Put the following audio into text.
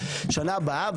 שנה הבאה,